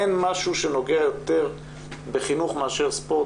אין משהו שנוגע יותר בחינוך מאשר ספורט,